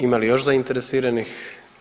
Ima li još zainteresiranih?